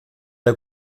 der